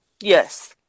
yes